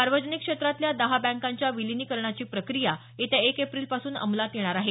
सार्वजनिक क्षेत्रातल्या दहा बँकांच्या विलीनीकरणाची प्रक्रिया येत्या एक एप्रिलपासून अंमलात येणार आहे